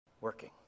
working